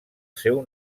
seu